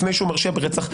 לפני שהוא מרשיע ברצח.